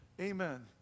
Amen